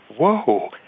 whoa